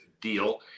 deal